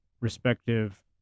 respective